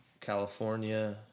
California